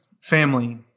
family